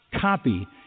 copy